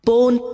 Born